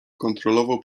kontrolował